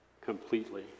completely